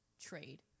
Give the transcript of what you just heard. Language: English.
trade